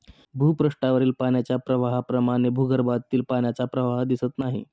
भूपृष्ठावरील पाण्याच्या प्रवाहाप्रमाणे भूगर्भातील पाण्याचा प्रवाह दिसत नाही